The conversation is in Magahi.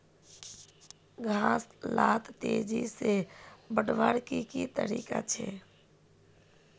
घास लाक तेजी से बढ़वार की की तरीका छे?